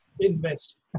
invest